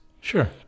Sure